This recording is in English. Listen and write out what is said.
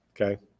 okay